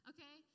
Okay